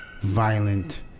violent